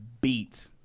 beat